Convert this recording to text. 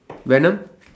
venom